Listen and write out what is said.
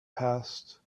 passed